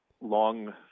long